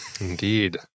indeed